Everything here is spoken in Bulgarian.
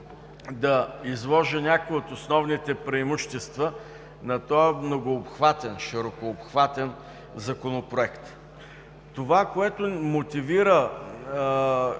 да изложа някои от основните преимущества на този многообхватен, широкообхватен Законопроект. Това, което мотивира